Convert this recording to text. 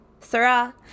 Sarah